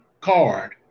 card